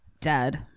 Dead